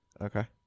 Okay